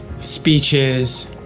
speeches